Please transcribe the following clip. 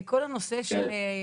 כל הנושא של,